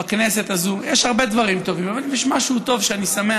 סגן המזכירה אמר עשר, אני זורם.